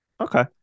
Okay